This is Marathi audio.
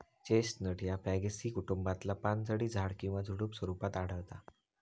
चेस्टनट ह्या फॅगेसी कुटुंबातला पानझडी झाड किंवा झुडुप स्वरूपात आढळता